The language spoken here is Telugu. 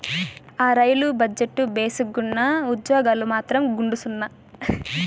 ఆ, రైలు బజెట్టు భేసుగ్గున్నా, ఉజ్జోగాలు మాత్రం గుండుసున్నా